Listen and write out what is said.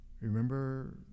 Remember